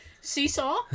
Seesaw